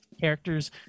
characters